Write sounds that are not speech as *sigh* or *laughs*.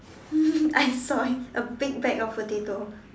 *laughs* I saw it a big bag of potato